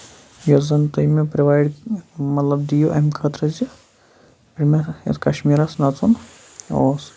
یۄس زَن گے مےٚ پرووایڈ مطلب دِیو اَمہِ خٲطرٕ زِ یُس کَشمیٖرَس اَسہِ نَژن اوس